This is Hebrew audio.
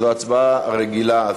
זו הצבעה רגילה.